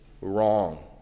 wrong